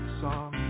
song